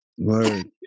Word